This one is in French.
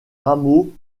rameaux